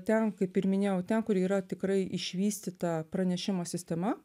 ten kaip ir minėjau ten kur yra tikrai išvystyta pranešimų sistema